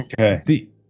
Okay